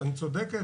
אני צודק?